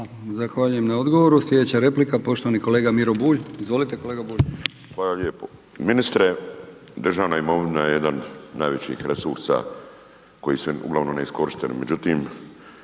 Zahvaljujem na odgovoru. Sljedeća replika, poštovani kolega Miro Bulj. Izvolite kolega. **Bulj, Miro (MOST)** Hvala lijepo. Ministre, državna imovina je jedan od najvećih resursa koji su uglavnom neiskorištene,